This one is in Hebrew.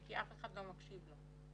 כי אף אחד לא מקשיב לו.